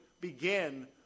begin